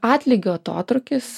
atlygio atotrūkis